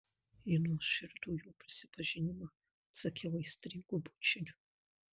į nuoširdų jo prisipažinimą atsakiau aistringu bučiniu